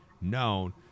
known